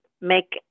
make